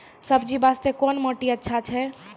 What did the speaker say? सब्जी बास्ते कोन माटी अचछा छै?